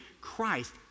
Christ